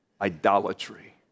idolatry